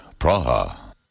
Praha